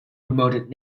promoted